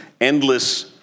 Endless